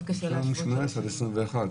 מאוד קשה להשוות --- לא.